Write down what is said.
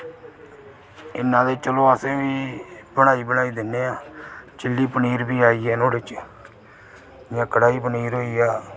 इन्ना हारे चलो अस बी बनाई बनाई दिन्ने आं चिल्ली पनीर बी आई गेआ नुहाड़े च जां कड़ाही पनीर होई गेआ